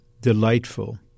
delightful